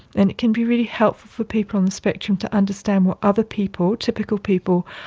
and it can be really helpful for people on the spectrum to understand what other people, typical people,